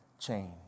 change